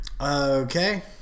Okay